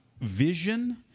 vision